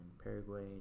Paraguay